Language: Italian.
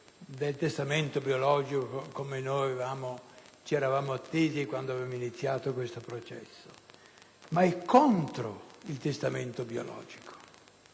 del testamento biologico, come noi ci eravamo attesi quando abbiamo iniziato questo processo, ma è contro di esso. Mi spiego